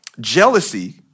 Jealousy